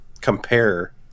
compare